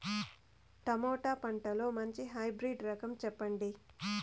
Tomato పంటలో మంచి hybrid రకం చెప్పండి?